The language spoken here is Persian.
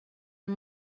این